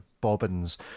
bobbins